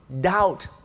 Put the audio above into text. doubt